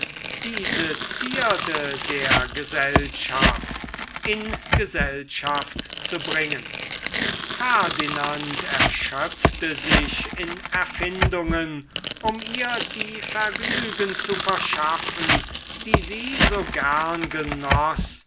diese zierde der gesellschaft in gesellschaft zu bringen ferdinand erschöpfte sich in erfindungen um ihr die vergnügungen zu verschaffen die sie so gern